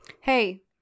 hey